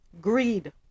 Greed